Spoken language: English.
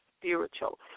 spiritual